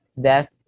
death